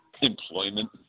Employment